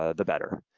ah the better,